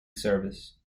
service